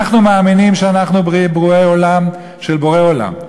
אנחנו מאמינים שאנחנו ברואי עולם של בורא עולם,